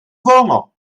volno